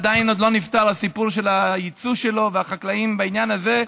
עדיין לא נפתר הסיפור של הייצוא שלו והחקלאים בעניין הזה.